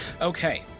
Okay